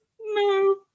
No